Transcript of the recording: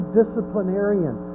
disciplinarian